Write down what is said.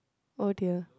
oh dear